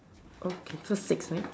okay so six right